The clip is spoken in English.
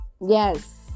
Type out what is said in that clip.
Yes